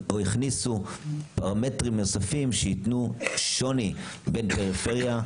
הכניסו פרמטרים נוספים שייתנו שוני בין פריפריה,